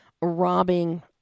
robbing